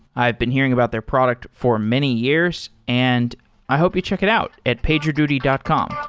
i've been hearing about their product for many years, and i hope you check it out at pagerduty dot com.